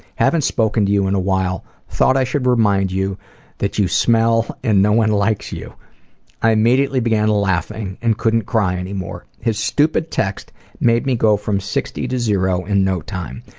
haven't spoken to you in a while, thought i should remind you that you smell and no one likes you i immediately began laughing and couldn't cry anymore. his stupid text made me go from sixty to zero in no time.